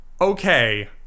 okay